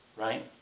right